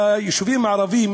ביישובים הערביים